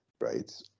Right